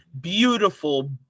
beautiful